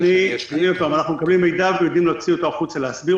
שלוחת טלפון רב-קווי עם עשרות כאלה שיכולים לענות לציבור